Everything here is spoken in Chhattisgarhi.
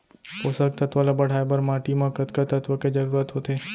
पोसक तत्व ला बढ़ाये बर माटी म कतका तत्व के जरूरत होथे?